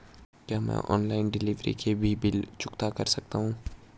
क्या मैं online delivery के भी बिल चुकता कर सकता हूँ?